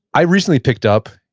i recently picked up,